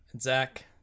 Zach